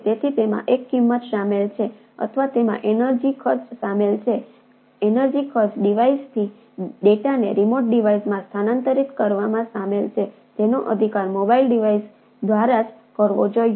તેથી તેમાં એક કિંમત શામેલ છે અથવા તેમાં એનર્જિ ખર્ચ શામેલ છે એનર્જિ ખર્ચ ડિવાઇસથી ડેટાને રિમોટ ડિવાઇસમાં સ્થાનાંતરિત કરવામાં સામેલ છે જેનો અધિકાર મોબાઇલ ડિવાઇસ દ્વારા જ કરવો જોઇએ